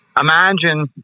imagine